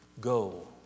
Go